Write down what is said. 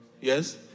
Yes